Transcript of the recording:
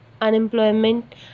unemployment